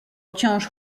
wciąż